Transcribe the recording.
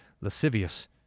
lascivious